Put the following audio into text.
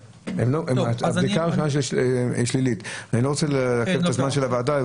אני לא רוצה לעכב את הזמן של הוועדה.